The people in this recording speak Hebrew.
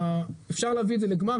ניתן להביא את זה לגמר.